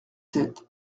sept